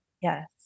yes